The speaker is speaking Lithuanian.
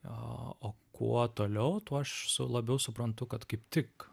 o o kuo toliau tuo aš labiau suprantu kad kaip tik